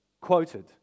quoted